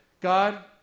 God